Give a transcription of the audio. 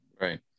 right